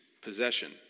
possession